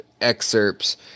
excerpts